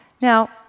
Now